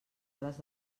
hores